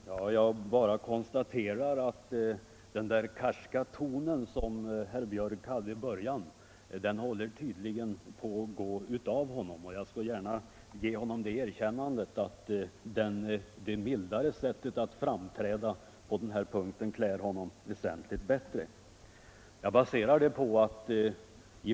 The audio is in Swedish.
Herr talman! Jag bara konstaterar att den karska ton som herr Björck i Nässjö hade i början tydligen håller på att försvinna. Jag skall gärna ge honom det erkännandet att det mildare sättet att framträda klär honom väsentligt bättre.